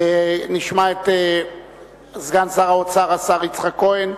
נשמע את סגן שר האוצר יצחק כהן,